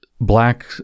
black